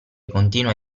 continua